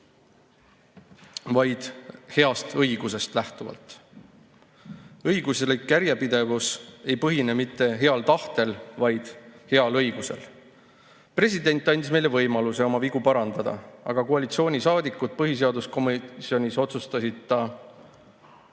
vaid heast õigusest lähtuvalt. Õiguslik järjepidevus ei põhine mitte heal tahtel, vaid heal õigusel. President andis meile võimaluse oma vigu parandada, aga koalitsioonisaadikud põhiseaduskomisjonis otsustasid ta